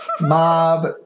Mob